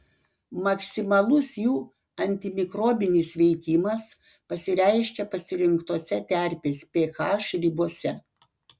maksimalus jų antimikrobinis veikimas pasireiškia pasirinktose terpės ph ribose